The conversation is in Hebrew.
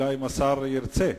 השאלה אם השר ירצה.